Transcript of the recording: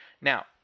Now